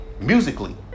musically